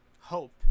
Hope